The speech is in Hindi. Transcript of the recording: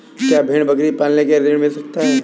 क्या भेड़ बकरी पालने के लिए ऋण मिल सकता है?